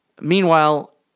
Meanwhile